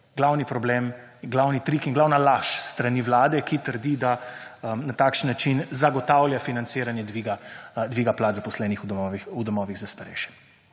glavni trik in glavna laž s strani Vlade, ki trdi, da na takšen način zagotavlja financiranje dviga plač zaposlenih v domovih za starejše.